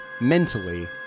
mentally